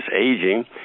Aging